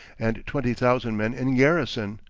and twenty thousand men in garrison,